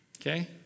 Okay